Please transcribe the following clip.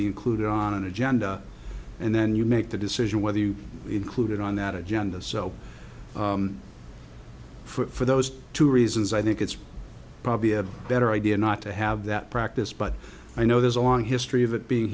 be included on an agenda and then you make the decision whether you include it on that agenda so for those two reasons i think it's probably a better idea not to have that practice but i know there's a long history of it being